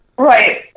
Right